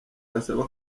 gasaba